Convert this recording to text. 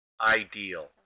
ideal